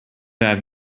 have